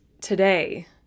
today